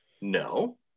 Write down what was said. no